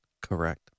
Correct